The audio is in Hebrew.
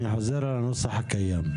אני אחזור לנוסח הקיים.